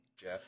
Jeff